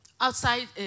Outside